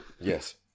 Yes